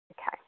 Okay